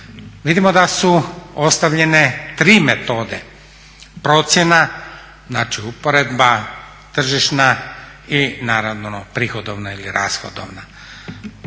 Vidimo da su ostavljene tri metode procjena, znači uporedba tržišna i naravno prihodovna ili rashodovna.